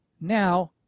now